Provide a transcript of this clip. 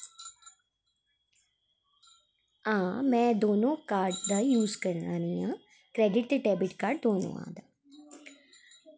आं में दोनों कार्ड्स दा यूस करा नी आं क्रेडिट ते डेबिट कार्ड दोनों आं दा